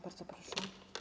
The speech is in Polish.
Bardzo proszę.